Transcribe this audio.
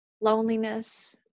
loneliness